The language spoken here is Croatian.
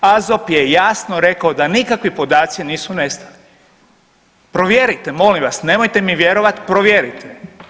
AZOP je jasno rekao da nikakvi podaci nisu nestali, provjerite molim vas, nemojte mi vjerovat, provjerite.